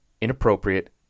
inappropriate